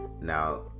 Now